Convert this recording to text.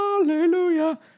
Hallelujah